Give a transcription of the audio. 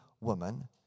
woman